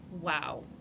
wow